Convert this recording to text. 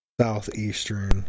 Southeastern